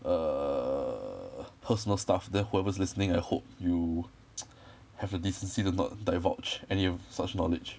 err personal stuff then whoever's listening I hope you have a decency to not divulge any of such knowledge